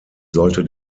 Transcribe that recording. sollte